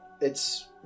it's-